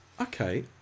Okay